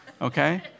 Okay